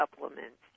supplements